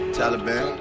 Taliban